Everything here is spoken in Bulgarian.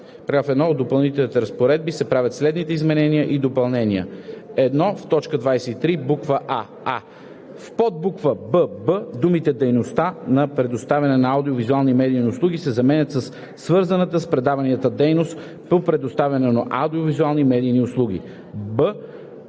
50. В § 1 от допълнителните разпоредби се правят следните изменения и допълнения: 1. В т. 23, буква „а“: а) в подбуква „бб“ думите „дейността по предоставяне на аудио-визуалните медийни услуги“ се заменят със „свързаната с предаванията дейност по предоставяне на аудио-визуалните медийни услуги“;